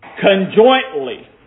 conjointly